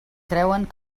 creuen